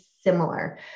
similar